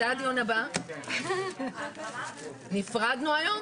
אנחנו ביקשנו כהערות הייעוץ המשפטי שהסרת החלק הזה של החלקים